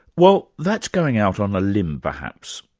well, that's going out on a limb, perhaps,